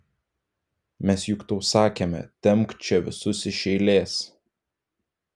mes juk tau sakėme tempk čia visus iš eilės